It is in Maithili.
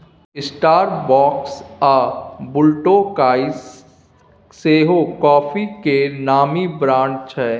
स्टारबक्स आ ब्लुटोकाइ सेहो काँफी केर नामी ब्रांड छै